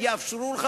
ויאפשרו לך,